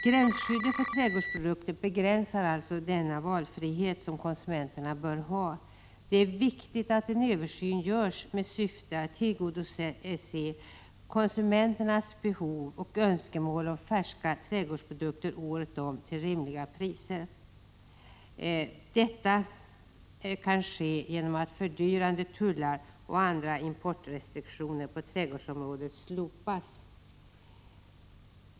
Gränsskyddet för trädgårdsprodukter begränsar alltså den valfrihet som konsumenterna bör ha. Det är viktigt att en översyn görs med syfte att tillgodose konsumenternas behov av och önskemål om färska trädgårdsprodukter året om till rimliga priser. Detta kan ske genom att fördyrande tullar och andra importrestriktioner på trädgårdsområdet slopas.